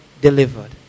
delivered